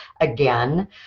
again